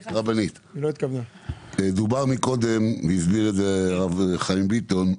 דובר מקודם, והסביר את זה הרב חיים ביטון,